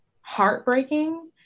heartbreaking